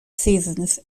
seasons